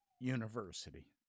University